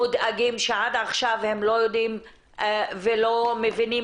מודאגים שעד עכשיו הם לא יודעים ולא מבינים